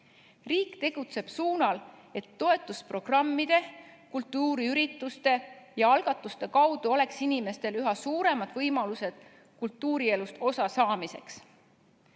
Riik tegutseb suunal, et toetusprogrammide, kultuuriürituste ja algatuste kaudu oleks inimestel üha suuremad võimalused kultuurielust osa saada.